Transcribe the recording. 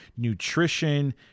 nutrition